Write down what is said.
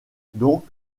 donc